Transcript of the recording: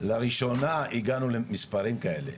לראשונה הגענו למספרים כאלה.